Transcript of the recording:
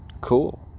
cool